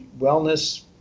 wellness